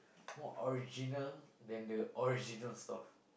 more original than the original stuff